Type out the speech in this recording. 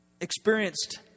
experienced